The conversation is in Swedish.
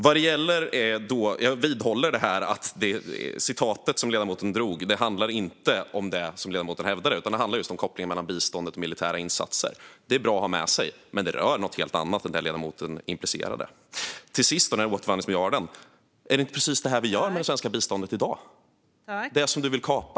Jag vidhåller att citatet som ledamoten läste upp inte handlar om det som ledamoten hävdade, utan det handlar just om kopplingen mellan biståndet och militära insatser. Det är bra att ha med sig, men det rör något helt annat än vad ledamoten antydde. Till sist, när det gäller återvändandemiljarden: Är det inte precis det här vi gör med det svenska biståndet i dag, det som du vill kapa?